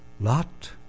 Lot